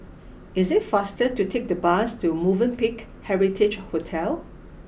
is it faster to take the bus to Movenpick Heritage Hotel